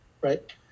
Right